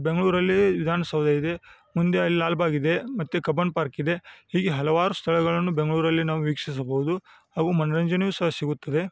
ಬೆಂಗಳೂರಲ್ಲಿ ವಿಧಾನಸೌಧ ಇದೆ ಮುಂದೆ ಅಲ್ಲಿ ಲಾಲ್ಭಾಗ್ ಇದೆ ಮತ್ತು ಕಬ್ಬನ್ ಪಾರ್ಕ್ ಇದೆ ಹೀಗೆ ಹಲವಾರು ಸ್ಥಳಗಳನ್ನ ಬೆಂಗಳೂರಲ್ಲಿ ನಾವು ವೀಕ್ಷಿಸಬಹುದು ಅವು ಮನರಂಜನೆಯು ಸಹ ಸಿಗುತ್ತದೆ